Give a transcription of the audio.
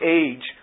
age